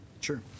Sure